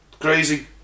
crazy